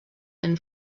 and